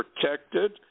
protected